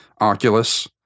Oculus